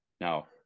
Now